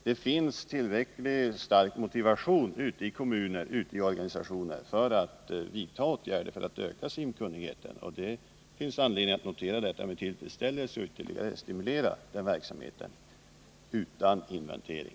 Det finns stark motivation ute i kommuner och organisationer för att åtgärder skall vidtas i syfte att öka simkunnigheten. Det finns anledning att notera detta med tillfredsställelse och ytterligare stimulera den verksamheten — utan inventering.